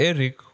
Eric